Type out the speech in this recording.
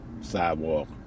sidewalk